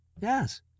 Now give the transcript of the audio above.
Yes